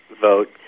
vote